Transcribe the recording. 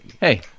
hey